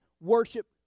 worship